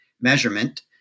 measurement